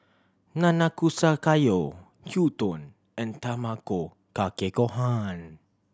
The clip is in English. Nanakusa Gayu Gyudon and Tamago Kake Gohan